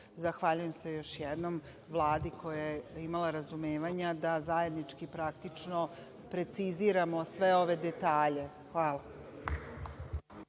roku. Zahvaljujem se još jednom Vladi koja je imala razumevanja da zajednički preciziramo sve ove detalje. Hvala.